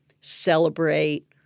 celebrate